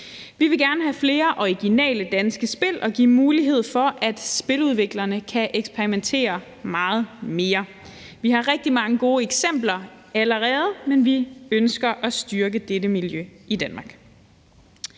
Vi vil gerne have flere originale danske spil og give mulighed for, at spiludviklerne kan eksperimentere meget mere. Vi har rigtig mange gode eksempler allerede, men vi ønsker at styrke dette miljø i Danmark.